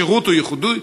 השירות ייחודי,